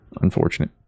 Unfortunate